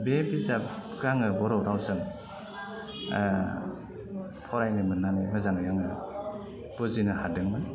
बे बिजाबखौ आङो बर' रावजों फरायनो मोन्नानै मोजाङै आङो बुजिनो हादोंमोन